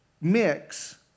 mix